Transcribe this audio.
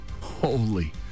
holy